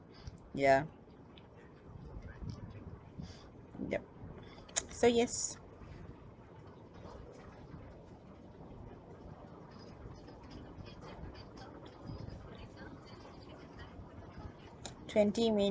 ya yup so yes twenty mi~